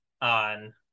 on